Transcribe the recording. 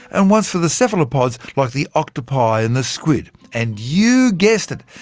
and once for the cephalopods like the octopi and the squid. and you guessed it,